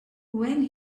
when